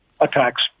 attacks